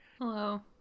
Hello